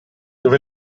dove